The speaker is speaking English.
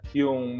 yung